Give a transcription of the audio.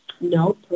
no